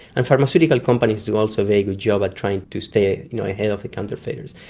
and pharmaceutical companies do also a very good job at trying to stay you know ahead of the counterfeiters.